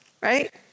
right